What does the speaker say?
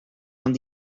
van